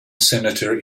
senator